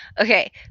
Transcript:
Okay